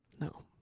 No